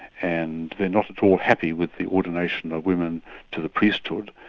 and they're not at all happy with the ordination of women to the priesthood,